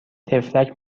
طفلک